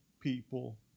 people